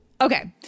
okay